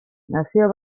nazio